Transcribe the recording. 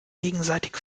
gegenseitig